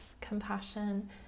compassion